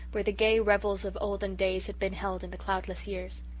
where the gay revels of olden days had been held in the cloudless years.